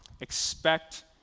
Expect